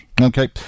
Okay